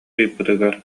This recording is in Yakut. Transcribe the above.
ыйыппытыгар